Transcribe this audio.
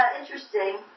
interesting